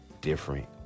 different